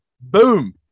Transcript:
boom